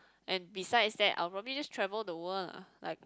and besides that I'll probably just travel the world lah like